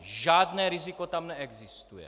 Žádné riziko tam neexistuje.